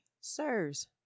sirs